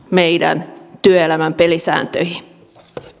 meidän työelämän pelisääntöihin